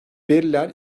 veriler